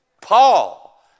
Paul